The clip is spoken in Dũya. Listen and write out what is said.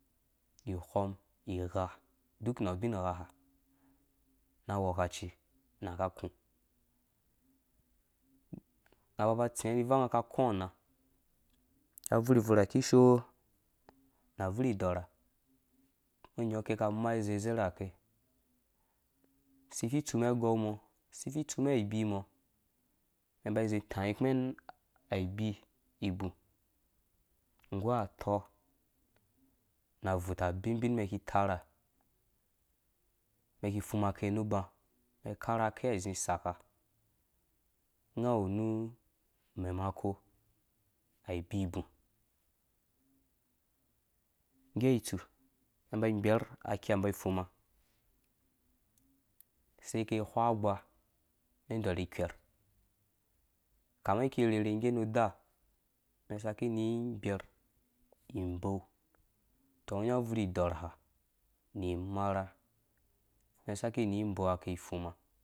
Khɔm, igha, duka nawu ubingha ha na aghwekaci naka kũ nga ba ba tsinga ni ivanga ka kɔɔ anaa abuur bvurha kishoo na buurdɔrha ngɔ nyaɔ ake ka mai zezerha ke si vii tsumɛn agou mɔ si vii tsumɛn aibii mɔ mɛn ba zi tai kumɛn aiibii ibu nggu atɔ na abuuta bubin mɛn ki tara mɛn ki fuma ake nu uba mɛn ka rhe ake ha zi saka ngawu nu memako aibii ibu ngge tsu mɛn ba gbɛr akiha ba fuma se ke wha gbamɛn dɔrhi kwer kama mi ki rherhe ngge nu daa mɛn saki ni gbɛr iboo tɔ ngɔ nya abvurdɔrha ni imarha mɛn saki ni boo ake fuma.